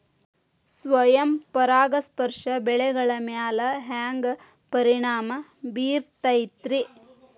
ಸ್ವಯಂ ಪರಾಗಸ್ಪರ್ಶ ಬೆಳೆಗಳ ಮ್ಯಾಲ ಹ್ಯಾಂಗ ಪರಿಣಾಮ ಬಿರ್ತೈತ್ರಿ?